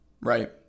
right